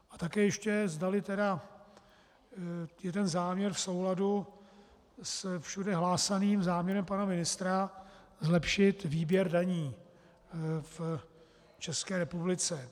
A také ještě, zdali je ten záměr v souladu s všude hlásaným záměrem pana ministra zlepšit výběr daní v České republice.